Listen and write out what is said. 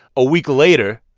a week later,